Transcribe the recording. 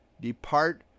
depart